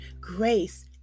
grace